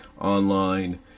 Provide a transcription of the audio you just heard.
online